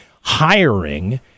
hiring